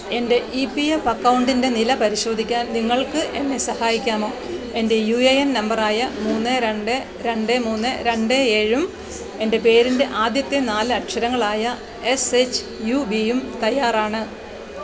എൻ്റെ E P F അക്കൗണ്ടിൻ്റെ നില പരിശോധിക്കാൻ നിങ്ങൾക്ക് എന്നെ സഹായിക്കാമോ എൻ്റെ യു എ എൻ നമ്പറായ മൂന്ന് രണ്ട് രണ്ട് മൂന്ന് രണ്ട് ഏഴും എൻ്റെ പേരിൻ്റെ ആദ്യത്തെ നാല് അക്ഷരങ്ങളായ എസ് എച്ച്യും യൂ ബി തയ്യാറാണ്